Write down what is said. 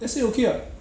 S_A okay [what]